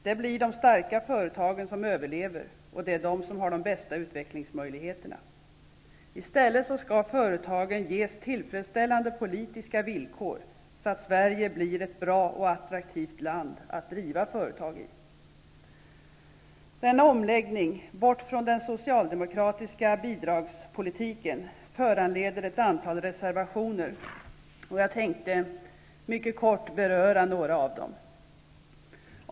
Det blir de starka företagen som överlever, och det är de som har de bästa utvecklingsmöjligheterna. I stället skall företagen ges tillfredsställande politiska villkor, så att Sverige blir ett bra och attraktivt land att driva företag i. Denna omläggning, bort från den socialdemokratiska bidragspolitiken, föranleder ett antal reservationer. Jag tänkte mycket kortfattat beröra några av dem.